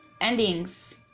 endings